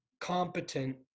competent